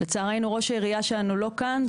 לצערנו ראש העירייה שלנו לא כאן,